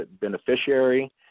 beneficiary